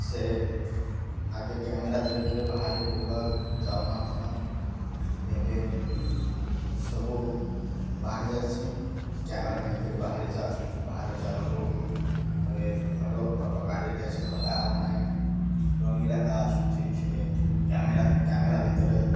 ସେ ଆଗେ କ୍ୟାମେରା ଧରିକିରି ବାହାରି ବୁଲିବା ଯାଉନଥିଲା ଏବେ ସବୁ ବାହାରି ଯାଇଛି କ୍ୟାମେରା ନେଇକରି ବାହାରି ବାହାରେ ଯାଉ ହେଉ ଏବେ ଫଟୋ ଫଟୋ କାଢ଼ିଲେ ସେ ଧଳା ହେଉନାହିଁ ରଙ୍ଗିଲା ଆସୁଛି ସେ କ୍ୟାମେରା କ୍ୟାମେରା ଭିତରେ